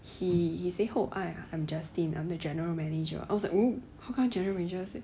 he say hope I I'm justin I am the general manager I was like oh how come general manager